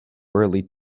early